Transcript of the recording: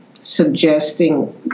suggesting